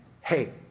hey